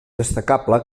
destacable